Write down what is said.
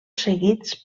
seguits